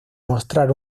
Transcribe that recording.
mostrar